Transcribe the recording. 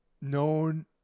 known